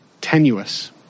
tenuous